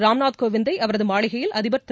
ராம்நாத் னேவிந்தைஅவரதமாளிகையில் அதிபா் திரு